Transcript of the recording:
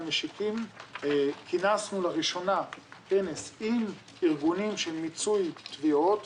כינסנו לראשונה כנס עם ארגונים של מיצוי תביעות,